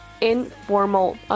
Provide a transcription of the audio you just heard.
informal